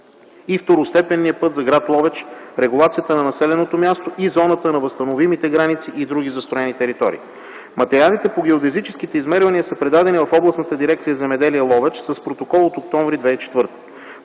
и второстепенния път за гр. Ловеч, регулацията на населеното място и зоната на възстановимите граници и други застроени територии. Материалите по геодезическите измервания са предадени в Областната дирекция „Земеделие” – Ловеч, с протокол от октомври 2004